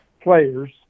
players